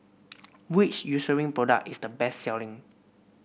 which Eucerin product is the best selling